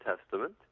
Testament